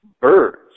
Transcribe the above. Birds